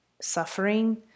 suffering